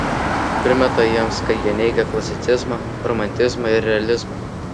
primeta jiems kad jie neigią klasicizmą romantizmą ir realizmą